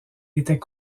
était